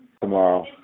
tomorrow